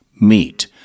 meet